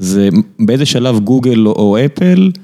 זה באיזה שלב גוגל או אפל?